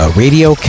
radio